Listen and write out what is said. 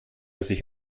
sich